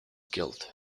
killed